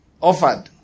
offered